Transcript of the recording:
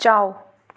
ꯆꯥꯎ